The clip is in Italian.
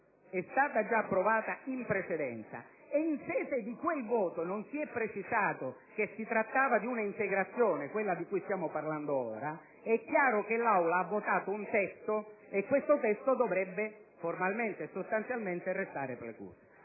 è stata già approvata in precedenza e poiché in sede di quel voto non si è precisato che si trattava di un'integrazione (quella di cui stiamo parlando ora), è chiaro che l'Aula ha votato un testo e che l'emendamento 4.0.1001 dovrebbe formalmente e sostanzialmente restare precluso.